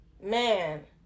man